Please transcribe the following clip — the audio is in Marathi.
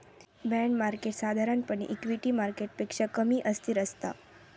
बाँड मार्केट साधारणपणे इक्विटी मार्केटपेक्षा कमी अस्थिर असता